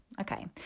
Okay